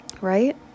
Right